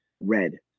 red